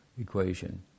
equation